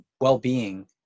well-being